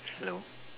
hello